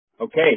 Okay